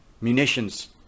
munitions